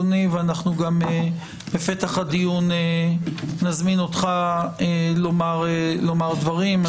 בפתח הדיון נזמין אותך לומר דברים.